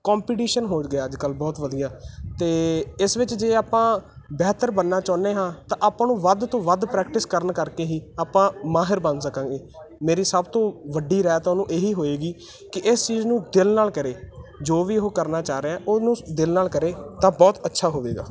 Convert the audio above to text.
competition ਹੋ ਗਿਆ ਅੱਜ ਕੱਲ੍ਹ ਬਹੁਤ ਵੱਧ ਗਿਆ ਅਤੇ ਇਸ ਵਿੱਚ ਜੇ ਆਪਾਂ ਬਿਹਤਰ ਬਣਨਾ ਚਾਹੁੰਦੇ ਹਾਂ ਤਾਂ ਆਪਾਂ ਨੂੰ ਵੱਧ ਤੋਂ ਵੱਧ ਪ੍ਰੈਕਟਿਸ ਕਰਨ ਕਰਕੇ ਹੀ ਆਪਾਂ ਮਾਹਿਰ ਬਣ ਸਕਾਂਗੇ ਮੇਰੀ ਸਭ ਤੋਂ ਵੱਡੀ ਰਾਏ ਤੁਹਾਨੂੰ ਇਹੀ ਹੋਏਗੀ ਕਿ ਇਸ ਚੀਜ਼ ਨੂੰ ਦਿਲ ਨਾਲ ਕਰੇ ਜੋ ਵੀ ਉਹ ਕਰਨਾ ਚਾਹ ਰਿਹਾ ਉਹਨੂੰ ਦਿਲ ਨਾਲ ਕਰੇ ਤਾਂ ਬਹੁਤ ਅੱਛਾ ਹੋਵੇਗਾ